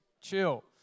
chill